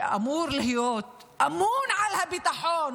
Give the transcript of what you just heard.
שאמור להיות אמון על הביטחון